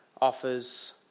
offers